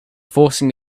forcing